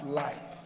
life